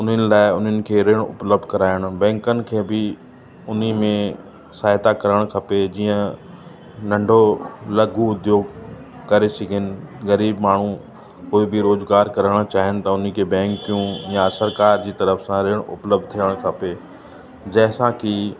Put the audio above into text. उन्हनि लाइ उन्हनि खे रिण उपलब्धु कराइण बैंकुनि खे बि उनमें सहायता करणु खपे जीअं नंढो लघू उद्योग करे सघनि ग़रीब माण्हू कोई बि रोजगार करण चाहिन त उनखे बैंकू या सरकार जी तरफ सां रिण उपलब्ध थिअणु खपे जंहिंसां की